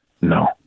No